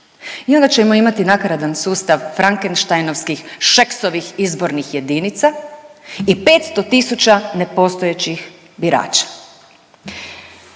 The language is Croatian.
I onda ćemo imati nakaradan sustav frankenštajnovskih, Šeksovih izbornih jedinica i 500.000 nepostojećih birača.